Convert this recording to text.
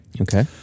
Okay